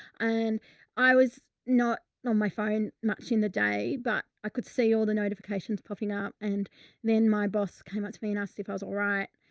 and i was. not on my phone much in the day, but i could see all the notifications popping up. and then my boss came up to me and asked if i was all right.